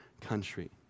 country